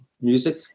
music